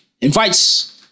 invites